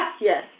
Yes